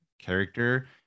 character